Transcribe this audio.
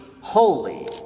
holy